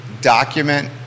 document